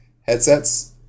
headsets